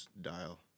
dial